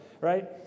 Right